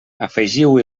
afegiu